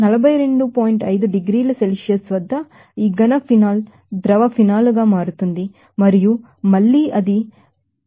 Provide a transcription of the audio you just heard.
5 డిగ్రీల సెల్సియస్ వద్ద ఈ సాలిడ్ ఫినాల్ లిక్విడ్ ఫినాల్ గా మారుతుంది మరియు మళ్ళీ అది 181